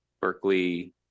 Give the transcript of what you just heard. Berkeley